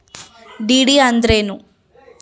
DD ಅಂದ್ರೇನು?